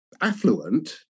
affluent